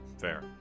Fair